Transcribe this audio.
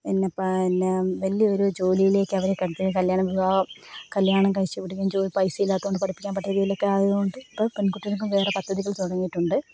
പിന്നെപ്പിന്നെ വലിയൊരു ജോലിയിലേക്ക് അവരെ കടത്തി കല്യാണം കല്യാണം കഴിച്ചുവിടുകയും പൈസ ഇല്ലാത്തതുകൊണ്ട് പഠിപ്പിക്കാൻ പറ്റാത്ത രീതിയിലൊക്കെ ആയതുകൊണ്ട് ഇപ്പോൾ പെൺകുട്ടികൾക്കും വേറെ പദ്ധതികൾ തുടങ്ങിയിട്ടുണ്ട്